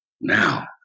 Now